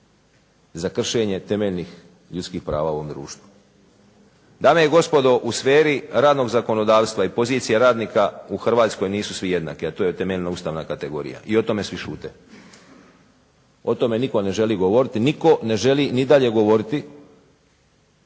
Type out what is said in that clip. za kršenje temeljnih ljudskih prava u ovom društvu. Dame i gospodo u sferi radnog zakonodavstva i pozicije radnika u Hrvatskoj nisu svi jednaki, a to je temeljna ustavna kategorija i o tome svi šute. O tome nitko ne želi govoriti, nitko ne želi ni dalje govoriti